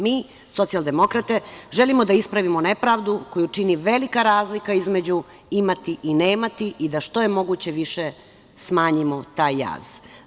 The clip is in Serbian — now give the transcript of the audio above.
Mi, socijaldemokrate, želimo da ispravimo nepravdu koju čini velika razlika između imati i nemati, i da što je moguće više smanjimo taj jaz.